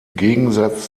gegensatz